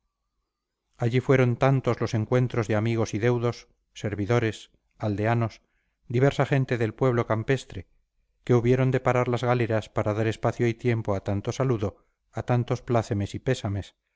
allí fueron tantos los encuentros de amigos y deudos servidores aldeanos diversa gente del pueblo campestre que hubieron de parar las galeras para dar espacio y tiempo a tanto saludo a tantos plácemes y pésames